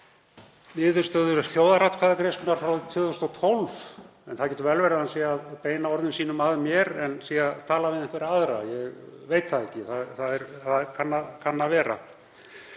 niðurstöður þjóðaratkvæðagreiðslunnar frá 2012. Það getur vel verið að hann sé að beina orðum sínum að mér en sé að tala við einhverja aðra, ég veit það ekki. Það kann að vera.